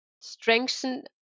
strengthen